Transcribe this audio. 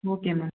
okay ma'am